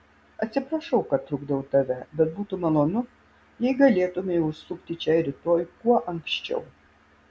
atsiprašau kad trukdau tave bet būtų malonu jei galėtumei užsukti čia rytoj kuo anksčiau